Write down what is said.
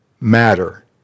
matter